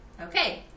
okay